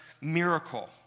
miracle